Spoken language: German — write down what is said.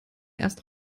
erst